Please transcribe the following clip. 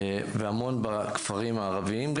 והמון בכפרים הערביים,